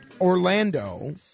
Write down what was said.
Orlando